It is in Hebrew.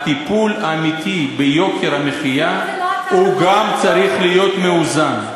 הטיפול האמיתי ביוקר המחיה גם צריך להיות מאוזן.